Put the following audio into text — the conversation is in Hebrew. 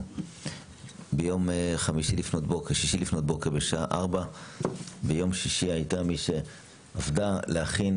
ביום שישי לפנות בוקר בשעה ארבע ביום שישי הייתה מי שעבדה להכין